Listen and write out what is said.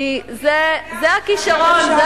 כי זה הכשרון, אבל בלי נתניהו אפשר ורצוי.